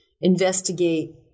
investigate